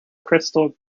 crystal